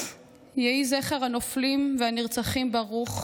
יהי זכר הנופלים והנרצחים ברוך,